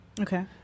Okay